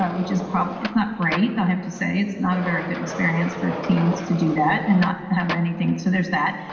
but which is probably. it's not great. i have to say it's not a very good experience for teens to do that and not have anything. so there's that.